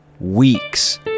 weeks